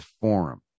forum